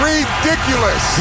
Ridiculous